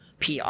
PR